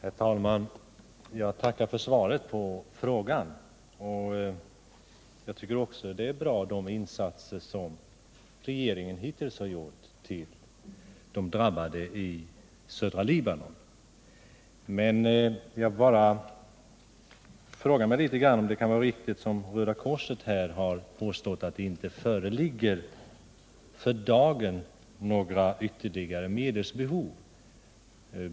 Herr talman! Jag tackar för svaret på frågan. Jag anser att de insatser som regeringen hittills har gjort för de drabbade i södra Libanon är bra. Men jag frågar mig om det kan vara riktigt, som Röda korset påstått, att det för dagen inte föreligger några ytterligare medelsbehov.